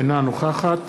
אינה נוכחת